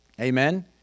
Amen